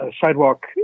sidewalk